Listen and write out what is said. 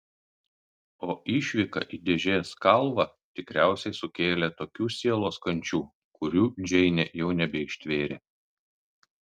o išvyka į dėžės kalvą tikriausiai sukėlė tokių sielos kančių kurių džeinė jau nebeištvėrė